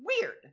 weird